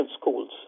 schools